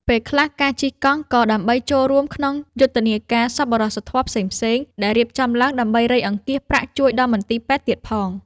ពេលខ្លះការជិះកង់ ក៏ដើម្បីចូលរួមក្នុងយុទ្ធនាការសប្បុរសធម៌ផ្សេងៗ ដែលរៀបចំឡើងដើម្បីរៃអង្គាសប្រាក់ជួយដល់មន្ទីរពេទ្យទៀតផង។